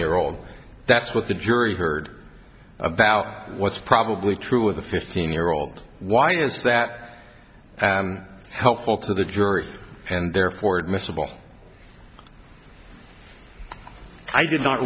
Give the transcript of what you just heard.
year old that's what the jury heard about what's probably true with a fifteen year old why is that helpful to the jury and therefore admissible i did not